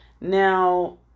Now